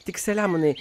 tik selemonai